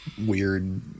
weird